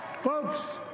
Folks